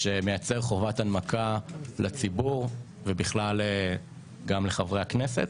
ושמייצר חובת הנמקה לציבור וכן לחברי הכנסת,